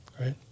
Right